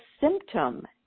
symptom